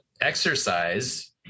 exercise